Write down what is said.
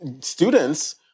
students